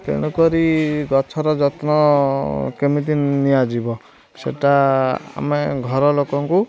ତେଣୁ କରି ଗଛର ଯତ୍ନ କେମିତି ନିଆଯିବ ସେଇଟା ଆମେ ଘରଲୋକଙ୍କୁ